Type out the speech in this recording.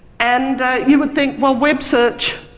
and you would think, well, web search